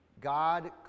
God